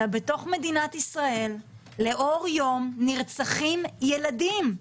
אלא בתוך מדינת ישראל לאור יום נרצחים ילדים.